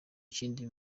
kindi